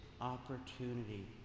opportunity